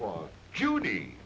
well judy